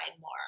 more